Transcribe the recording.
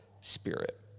spirit